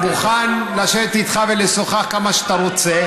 אני מוכן לשבת איתך ולשוחח כמה שאתה רוצה.